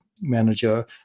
manager